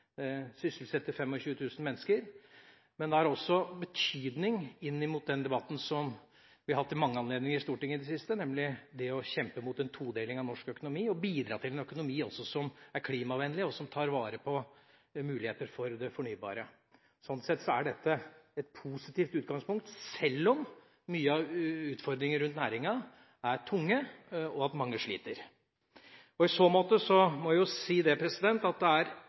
det sysselsetter 25 000 mennesker. Men det har også betydning inn mot den debatten som vi har hatt ved mange anledninger i Stortinget i det siste, nemlig om det å kjempe mot en todeling av norsk økonomi og bidra til en økonomi som er klimavennlig, og som tar vare på muligheter for det fornybare. Slik sett er dette et positivt utgangspunkt, sjøl om mange av utfordringene rundt næringa er tunge, og sjøl om mange sliter. I så måte må jeg si at det er